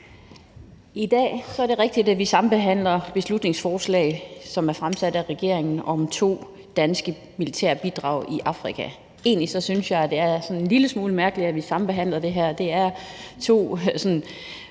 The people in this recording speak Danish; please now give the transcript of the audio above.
Tak for det, formand. I dag sambehandler vi to beslutningsforslag, der er fremsat af regeringen, om to danske militære bidrag i Afrika. Jeg synes egentlig, det er en lille smule mærkeligt, at vi sambehandler dem, for det er to meget væsentlige